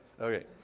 Okay